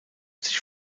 sich